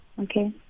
Okay